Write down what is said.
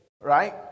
right